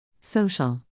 Social